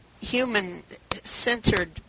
human-centered